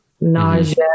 nausea